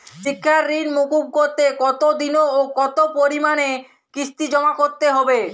শিক্ষার ঋণ মুকুব করতে কতোদিনে ও কতো পরিমাণে কিস্তি জমা করতে হবে?